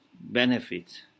benefit